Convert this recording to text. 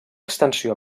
extensió